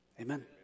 Amen